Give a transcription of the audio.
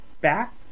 back